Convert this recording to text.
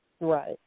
Right